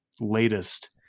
latest